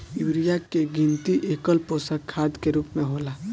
urea के गिनती एकल पोषक खाद के रूप में होला